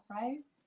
right